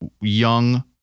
young